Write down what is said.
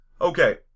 Okay